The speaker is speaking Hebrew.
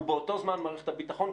ובאותו זמן מערכת הביטחון,